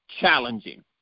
challenging